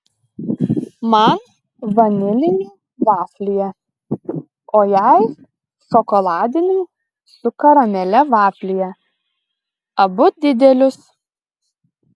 man vanilinių vaflyje o jai šokoladinių su karamele vaflyje abu didelius